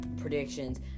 predictions